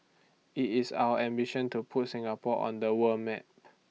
IT is our ambition to put Singapore on the world map